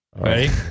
Ready